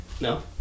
No